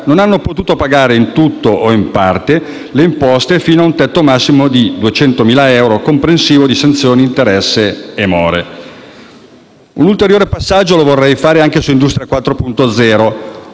non hanno potuto pagare in tutto o in parte le imposte fino ad un tetto massimo di 200.000 euro comprensivo di sanzioni, interessi e more. Un ulteriore passaggio lo vorrei fare anche sul piano Industria 4.0,